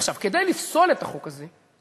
עכשיו, כדי לפסול את החוק הזה,